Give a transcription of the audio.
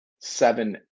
seven